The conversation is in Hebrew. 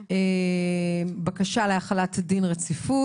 בקשה להחלת דין רציפות.